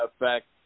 effect